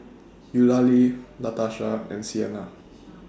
Eulalie Latasha and Siena